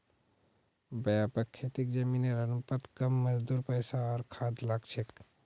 व्यापक खेतीत जमीनेर अनुपात कम मजदूर पैसा आर खाद लाग छेक